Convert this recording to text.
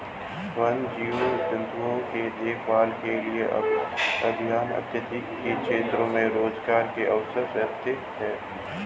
वन्य जीव जंतुओं की देखभाल के लिए अभयारण्य इत्यादि के क्षेत्र में रोजगार के अवसर रहते हैं